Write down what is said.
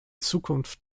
zukunft